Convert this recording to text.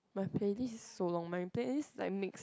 my playlist so long my playlist like mix